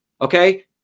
okay